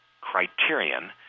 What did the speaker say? criterion